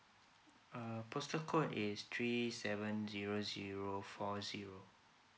uh postal code is three seven zero zero four zero